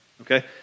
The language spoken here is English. Okay